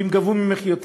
ואם גבו ממך יותר?